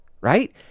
right